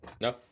No